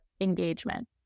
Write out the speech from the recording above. engagement